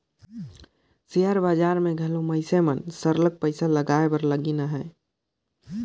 share बजार में घलो मइनसे मन सरलग पइसा लगाए बर लगिन अहें